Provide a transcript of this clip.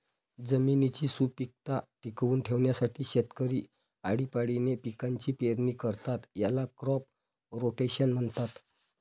जमिनीची सुपीकता टिकवून ठेवण्यासाठी शेतकरी आळीपाळीने पिकांची पेरणी करतात, याला क्रॉप रोटेशन म्हणतात